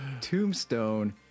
Tombstone